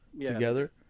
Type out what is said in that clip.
together